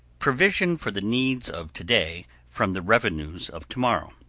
provision for the needs of to-day from the revenues of to-morrow.